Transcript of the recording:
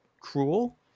cruel